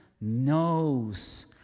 knows